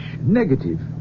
negative